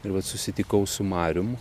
ir vat susitikau su marium